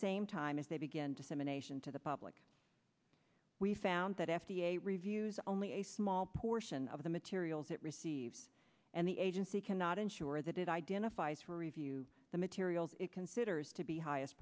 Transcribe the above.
same time as they begin dissemination to the public we found that f d a reviews only a small portion of the materials it receives and the agency cannot ensure that it identifies for review the materials it considers to be highest